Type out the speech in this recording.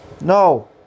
no